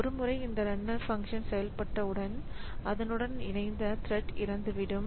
ஒரு முறை இந்த ரன்னர் பங்க்ஷன் செயல்பட்ட உடன் அதனுடன் இணைந்த த்ரெட் இறந்துவிடும்